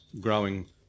growing